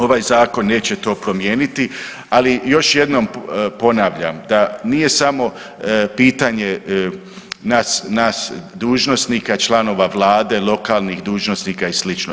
Ovaj zakon neće to promijeniti, ali još jednom ponavljam da, nije samo pitanje nas, nas dužnosnika, članova Vlade, lokalnih dužnosnika i slično.